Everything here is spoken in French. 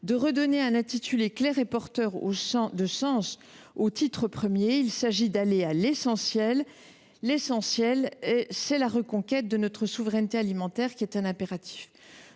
de redonner un intitulé clair et porteur de sens au titre I. Il s’agit d’aller à l’essentiel, c’est à dire la reconquête de notre souveraineté alimentaire, qui est un impératif.